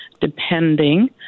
depending